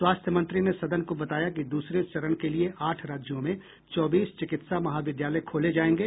स्वास्थ्य मंत्री ने सदन को बताया कि दूसरे चरण के लिए आठ राज्यों में चौबीस चिकित्सा महाविद्यालय खोले जाएंगे